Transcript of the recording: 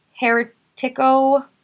Heretico